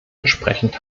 entsprechend